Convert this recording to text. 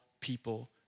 people